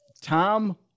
Tom